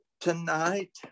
tonight